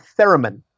Theremin